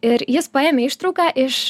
ir jis paėmė ištrauką iš